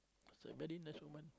it's a very nice woman